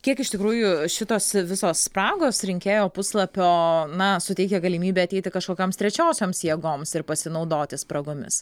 kiek iš tikrųjų šitos visos spragos rinkėjo puslapio na suteikia galimybę ateiti kažkokioms trečiosioms jėgoms ir pasinaudoti spragomis